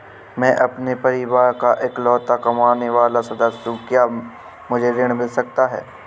मैं अपने परिवार का इकलौता कमाने वाला सदस्य हूँ क्या मुझे ऋण मिल सकता है?